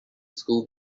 school